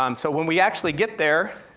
um so when we actually get there,